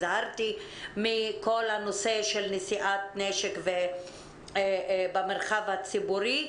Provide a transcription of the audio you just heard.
הזהרתי מכל הנושא של נשיאת נשק במרחב הציבורי,